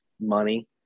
money